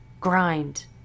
grind